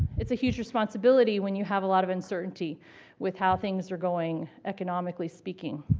it's a huge responsibility when you have a lot of uncertainty with how things are going economically speaking,